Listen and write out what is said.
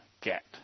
get